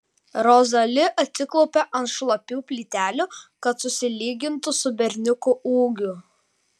rozali atsiklaupia ant šlapių plytelių kad susilygintų su berniuku ūgiu